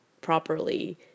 properly